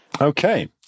Okay